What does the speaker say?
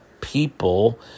people